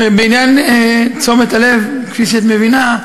תראי, בעניין תשומת הלב, כפי שאת מבינה,